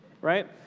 Right